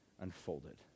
unfolded